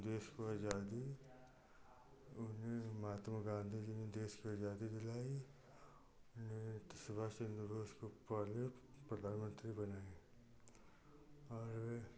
देश को अजादी उन्हें महात्मा गांधी जी ने देश को अजादी दिलाई उन्हें नेता सुभाष चन्द्र बोस को पहले प्रधानमंत्री बनाए और वे